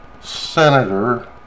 Senator